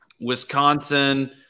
Wisconsin